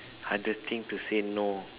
hardest thing to say no